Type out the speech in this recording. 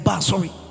sorry